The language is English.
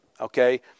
okay